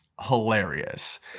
hilarious